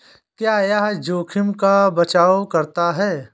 क्या यह जोखिम का बचाओ करता है?